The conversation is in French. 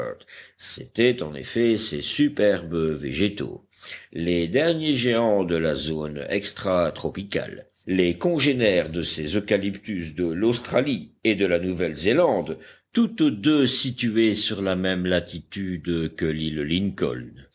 c'étaient en effet ces superbes végétaux les derniers géants de la zone extra tropicale les congénères de ces eucalyptus de l'australie et de la nouvelle zélande toutes deux situées sur la même latitude que l'île lincoln